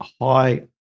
high